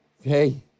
okay